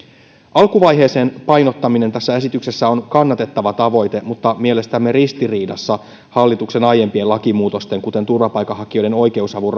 alkuvaiheeseen painottaminen tässä esityksessä on kannatettava tavoite mutta mielestämme ristiriidassa hallituksen aiempien lakimuutosten kuten turvapaikanhakijoiden oikeusavun